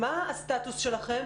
מה הסטטוס שלכם?